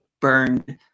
burned